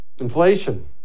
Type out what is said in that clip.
inflation